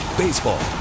Baseball